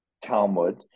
Talmud